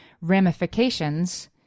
ramifications